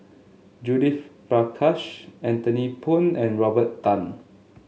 Judith Prakash Anthony Poon and Robert Tan